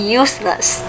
useless